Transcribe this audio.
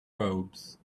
robes